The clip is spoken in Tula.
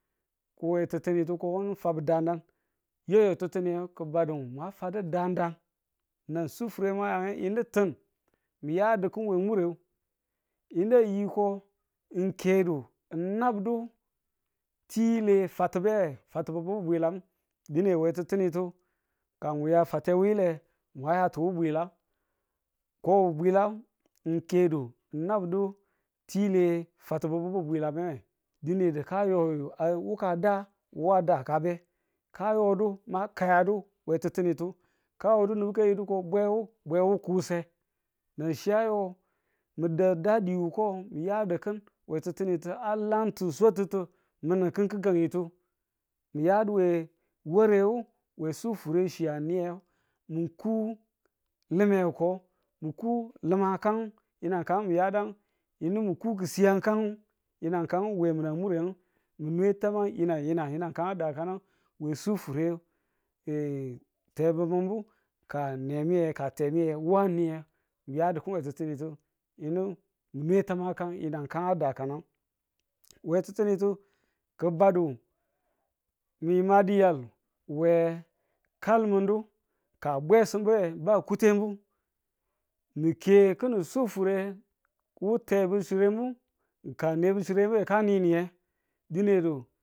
ko we ti̱ttinitu ko nang fadu dang dang ye tattini ko badun wa fadu dang dang nan sufure mu a ya yinu ti̱n me yadi kin mure yinu a yiko ng kedu ngn nabdu tile fatibewe fatibubu bwilange dine we ti̱ttinitu ka wu ya fate wile, mwa yati wu bwila ko wu bwila ni kedu nin nabdu tile fatibububu bwilabe we dine ka yo a wuka da wa a daka be ka yo du ma kayadu we ti̱ttinitu ka yudu nubu ka yidu ko bwewu, bwewu kuse nanchi a yo mi̱n da da di wuko mi̱yadi̱ kin we tịttinitu a lantu swatutu mi̱n ng kin gi̱gangyetu mi̱yadu we ware wu we sufure chi a niyeng mu ku li̱me ko mu ko li̱mang kan yinang kan muyadang yinu mu ku ki̱swiyangkan yi̱nang kan we mureyang mine taman yi̱nang yi̱nang yi̱nang kan a dakanang we sufure we tebubumu ka nemiye kan temiye wu a niye mi̱ yadu ki̱n we ti̱ttinitu yino mi̱ nwe taman kan yinang kan a dakanang we ti̱ttinitu ki̱badu ni ma diyal we kalmin du ka bwesimu a kutengu ni ke ki̱nin sufure wu tebuchiremu ka nebuchiremuye ka ninide dine du